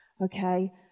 Okay